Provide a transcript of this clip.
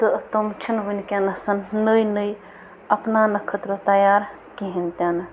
تہٕ تِم چھِنہٕ ونکٮ۪نس نٔے نٔے اپناونہٕ خٲطرٕ تیار کِہیٖنۍ تہِ نہٕ